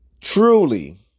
truly